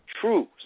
true